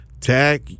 Tech